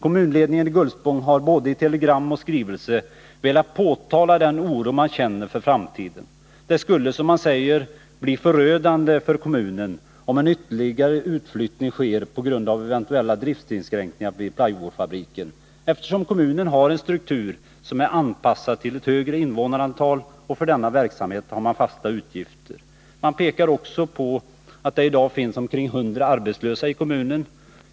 Kommunledningen i Gullspång har i både telegram och skrivelse velat påtala den oro man känner för framtiden. Det skulle, som man säger, bli förödande för kommunen, om en ytterligare utflyttning skulle ske på grund av eventuella driftinskränkningar vid plywoodfabriken, eftersom kommunen har en struktur som är anpassad till ett större invånarantal, och för sin verksamhet har man fasta utgifter. Man pekar också på att det i dag finns omkring 100 arbetslösa i kommunen.